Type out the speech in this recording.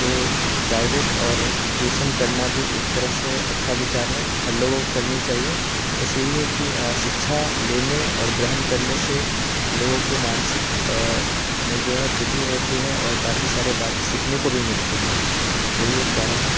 तो प्राइवेट और ट्यूशन करना भी एक तरह से अच्छा विचार है हर लोगों को करनी चाहिए बस यही है कि शिक्षा लेने और ग्रहण करने से लोगों को मानसिक में जो है वृद्धि होती है और काफ़ी सारे बात सीखने को भी मिलती है यही एक कारण है